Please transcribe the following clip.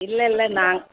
இல்லை இல்லை நாங்